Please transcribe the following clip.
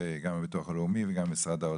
גם הביטוח הלאומי וגם משרד האוצר.